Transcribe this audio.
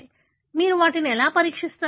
కాబట్టి మీరు వాటిని ఎలా పరీక్షిస్తారు